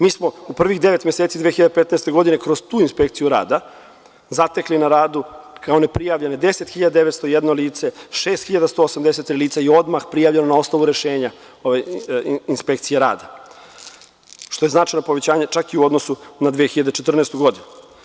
Mi smo u prvih devet meseci 2015. godine kroz tu inspekciju rada zatekli na radu kao neprijavljene 10.901 lice, 6.183 lica je odmah prijavljeno na osnovu rešenja u inspekciji rada, što je značajno povećanje čak i u odnosu na 2014. godinu.